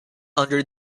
under